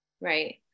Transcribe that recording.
right